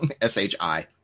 s-h-i